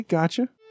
Gotcha